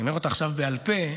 אני אומר אותה עכשיו בעל פה.